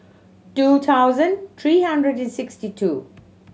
two thousand three hundred and sixty two